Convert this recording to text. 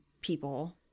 people